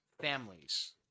families